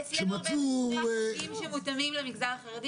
אצלנו הרבה זה פתיחת חוגים מותאמים למגזר החרדי.